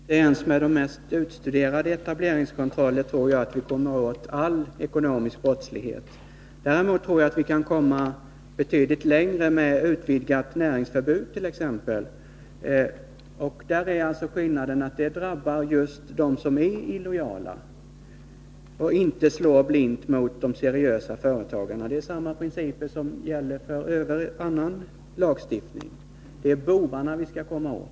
Herr talman! Inte ens med de mest utstuderade etableringskontroller tror jag att vi kommer åt all ekonomisk brottslighet. Däremot tror jag att vi kan komma betydligt längre med ett utvidgat näringsförbud. Skillnaden är att detta drabbar just dem som är illojala och inte slår blint mot de seriösa företagarna. Det är samma principer som gäller för annan lagstiftning — det är bovarna vi skall komma åt.